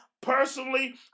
personally